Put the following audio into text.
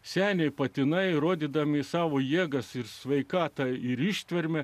seni patinai rodydami savo jėgas ir sveikatą ir ištvermę